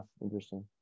Interesting